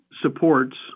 supports